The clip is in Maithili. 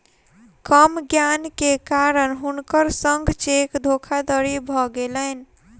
कम ज्ञान के कारण हुनकर संग चेक धोखादड़ी भ गेलैन